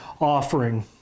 offering